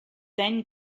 then